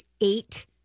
eight